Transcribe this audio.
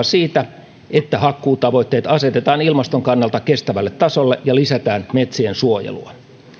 siitä että hakkuutavoitteet asetetaan ilmaston kannalta kestävälle tasolle ja lisätään metsien suojelua